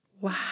Wow